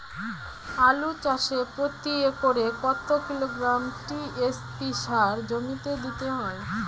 আলু চাষে প্রতি একরে কত কিলোগ্রাম টি.এস.পি সার জমিতে দিতে হয়?